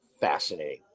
fascinating